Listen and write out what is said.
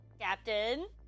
Captain